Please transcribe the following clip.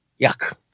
yuck